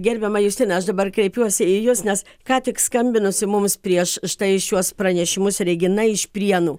gerbiama justina aš dabar kreipiuosi į jus nes ką tik skambinusi mums prieš štai šiuos pranešimus regina iš prienų